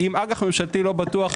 אם אג"ח ממשלתי לא בטוח,